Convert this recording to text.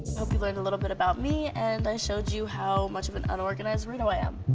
hope you learned a little bit about me and i showed you how much of an unorganized weirdo i am.